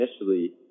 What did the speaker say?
initially